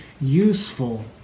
useful